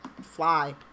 fly